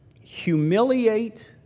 humiliate